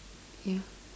yeah